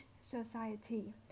society